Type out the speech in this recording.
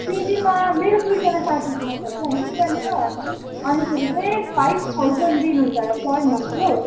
पिजीमा मेरो दुईजना साथी बस्छ कि आन्टी त्यहाँनिर अनिखेरि चाहिँ फाइभ थाउजन दिनु हुन्छ होला पर मन्थ हो